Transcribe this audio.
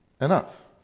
Enough